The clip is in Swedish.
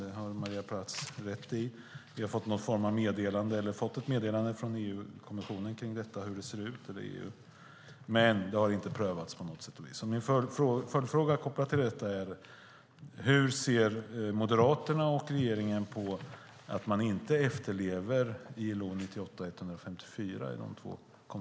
Det har Maria Plass rätt i. Vi har fått ett meddelande från EU om hur detta ser ut. Men det har inte prövats på något sätt. Min följdfråga kopplad till detta är: Hur ser Moderaterna och regeringen på att man inte efterlever ILO-konventionerna 98 och 154?